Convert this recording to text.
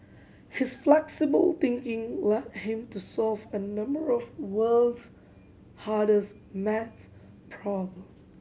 his flexible thinking led him to solve a number of world's hardest maths problem